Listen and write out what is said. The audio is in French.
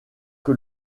que